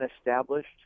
established